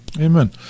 Amen